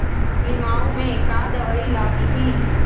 लिमाऊ मे का दवई लागिही?